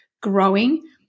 growing